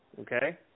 okay